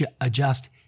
adjust